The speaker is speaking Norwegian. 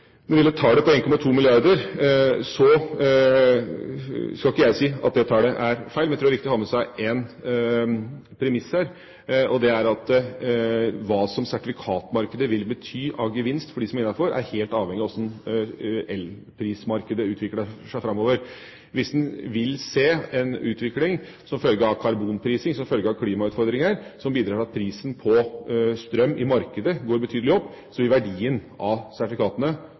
når det gjelder ulike støtteordninger. Når det gjelder tallet, 1,2 mrd. kr, skal ikke jeg si at det er feil, men jeg tror det er viktig å ha med seg en premiss her, og det er at hva sertifikatmarkedet vil bety av gevinst for dem som er innenfor, er helt avhengig av hvordan elprismarkedet utvikler seg framover. Hvis en vil se en utvikling som følge av karbonpriser, som følge av klimautfordringer som bidrar til at prisen på strøm i markedet går betydelig opp, vil verdien av sertifikatene